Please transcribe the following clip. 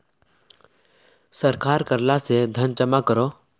सरकार कर ला से धन जमा करोह